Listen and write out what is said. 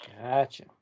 Gotcha